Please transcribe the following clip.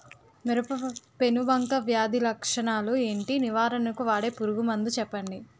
మిరప పెనుబంక వ్యాధి లక్షణాలు ఏంటి? నివారణకు వాడే పురుగు మందు చెప్పండీ?